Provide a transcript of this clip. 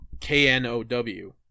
K-N-O-W